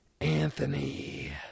Anthony